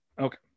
okay